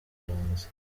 impunzi